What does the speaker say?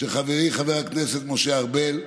שחברי חבר הכנסת משה ארבל,